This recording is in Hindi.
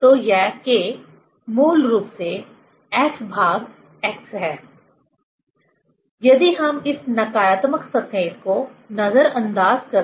तो यह K मूल रूप से F भाग x है यदि हम इस नकारात्मक संकेत को नजरअंदाज कर दे